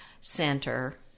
center